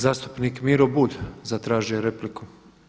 Zastupnik Miro Bulj zatražio je repliku.